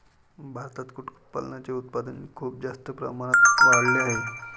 भारतात कुक्कुटपालनाचे उत्पादन खूप जास्त प्रमाणात वाढले आहे